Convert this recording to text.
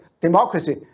democracy